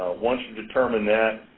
once you've determined that,